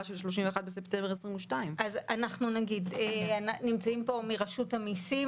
כאן היא 31 בספטמבר 2022. נמצאים פה נציגי רשות המיסים.